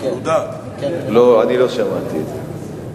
לא, אני לא שמעתי את זה.